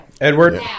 Edward